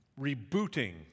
rebooting